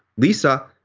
lisa,